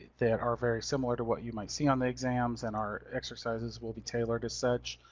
that are very similar to what you might see on the exams. and our exercises will be tailored as such,